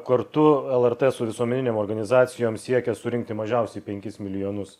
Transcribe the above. kartu el er t su visuomeninėm organizacijom siekia surinkti mažiausiai penkis milijonus